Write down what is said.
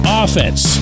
offense